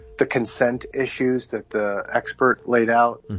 the consent issues that the expert laid out.